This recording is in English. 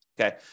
okay